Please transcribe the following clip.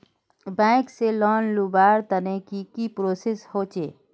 Bank से loan लुबार तने की की प्रोसेस होचे?